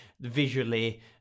visually